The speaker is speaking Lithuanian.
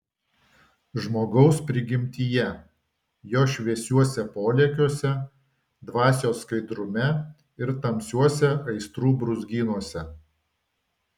žmogaus prigimtyje jo šviesiuose polėkiuose dvasios skaidrume ir tamsiuose aistrų brūzgynuose